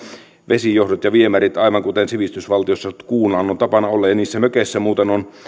vesijohdot ja viemärit aivan kuten sivistysvaltiossa kuunaan on tapana olla ja niissä mökeissä muuten on